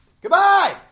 Goodbye